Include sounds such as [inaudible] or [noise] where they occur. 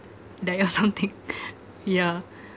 die or something [laughs] yeah [laughs]